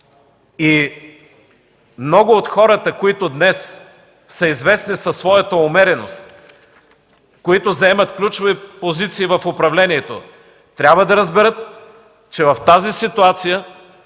И много от хората, които днес са известни със своята умереност и заемат ключови позиции в управлението, трябва да разберат, че в тази ситуация